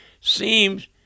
seems